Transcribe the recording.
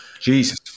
Jesus